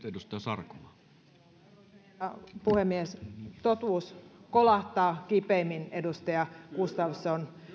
arvoisa herra puhemies totuus kolahtaa kipeimmin edustaja gustafsson